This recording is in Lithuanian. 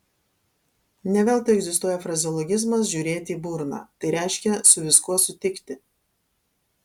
ne veltui egzistuoja frazeologizmas žiūrėti į burną tai reiškia su viskuo sutikti